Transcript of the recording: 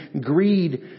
greed